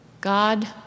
God